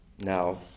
Now